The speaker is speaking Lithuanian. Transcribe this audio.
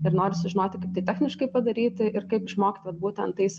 ir nori sužinoti kaip tai techniškai padaryti ir kaip išmokt vat būtent tais